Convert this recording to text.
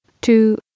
two